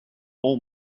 all